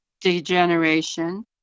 degeneration